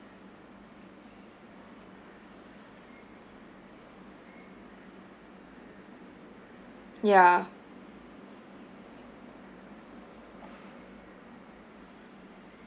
ya